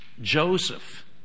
Joseph